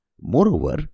Moreover